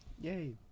Yay